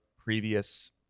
previous